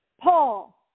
Paul